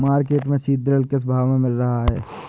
Market में सीद्रिल किस भाव में मिल रहा है?